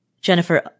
Jennifer